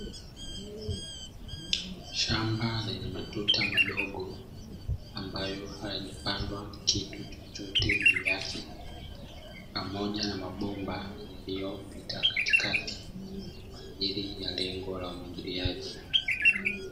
Shamba lenye matuta madogo, ambayo hayajapandwa kitu chochote ndani yake, pamoja na mabomba yaliyopita katikati kwa ajili ya lengo la umwagiliaji.